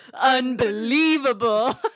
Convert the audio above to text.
unbelievable